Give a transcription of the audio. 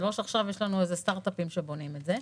זה לא שיש לנו איזה סטרטאפים שבונים את זה.